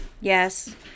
yes